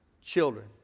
children